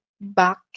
back